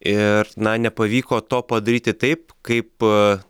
iiir na nepavyko to padaryti taip kaip aa